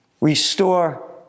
restore